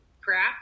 crap